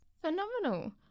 Phenomenal